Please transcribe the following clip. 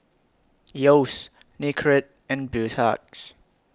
Yeo's Nicorette and Beautex